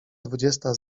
dwudziesta